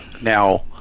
Now